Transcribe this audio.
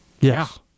Yes